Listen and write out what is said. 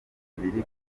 abiri